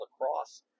lacrosse